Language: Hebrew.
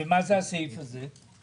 אם היו יודעים אותם אנשים זה לא משנה,